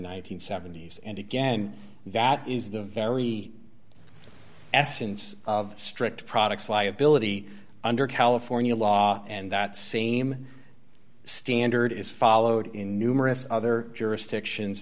and seventy s and again that is the very essence of strict products liability under california law and that same standard is followed in numerous other jurisdictions